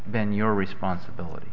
been your responsibility